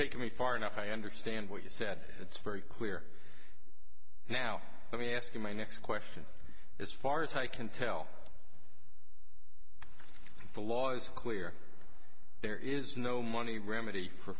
taken me far enough i understand what you said it's very clear now let me ask you my next question as far as i can tell the law is clear there is no money remedy for